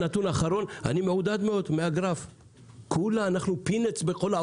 הנתון האחרון, אני מעודד מאוד מן הגרף.